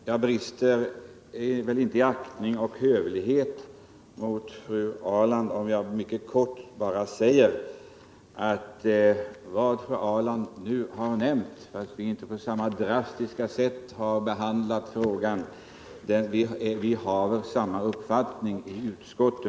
Herr talman! Jag brister väl inte i aktning och hövlighet mot fru Ahrland om jag i korthet bara säger att utskottet har samma uppfattning som fru Ahrland, ehuru vi inte har uttryckt den uppfattningen på samma drastiska sätt.